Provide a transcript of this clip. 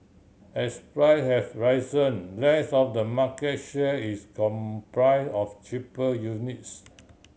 as price have risen less of the market share is comprise of cheaper units